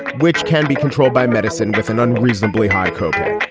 which can be controlled by medicine with an unreasonably high co-pay